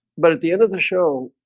but at the end of the show,